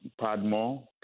Padmore